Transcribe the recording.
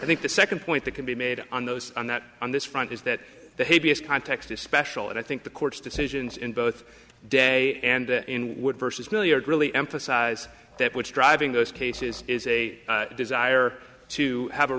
i think the second point that can be made on those on that on this front is that the heaviest context is special and i think the court's decisions in both day and in would versus miliard really emphasize that which driving those cases is a desire to have a